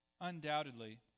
Undoubtedly